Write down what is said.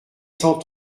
cent